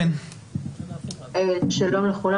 שלום לכולם.